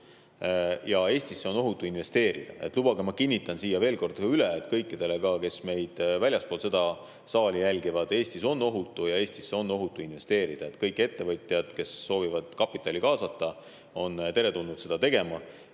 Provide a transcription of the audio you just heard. Eestisse on ohutu ka investeerida. Lubage, ma kinnitan veel kord üle ka kõikidele, kes meid väljaspool seda saali jälgivad, et Eestis on ohutu ja Eestisse on ohutu investeerida. Kõik ettevõtjad, kes soovivad kapitali kaasata, on teretulnud seda tegema.